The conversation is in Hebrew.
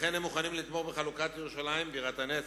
לכן הם מוכנים לתמוך בחלוקת ירושלים בירת הנצח,